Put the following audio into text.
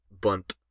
bump